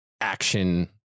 action